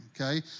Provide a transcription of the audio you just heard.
okay